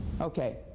Okay